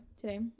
today